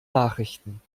nachrichten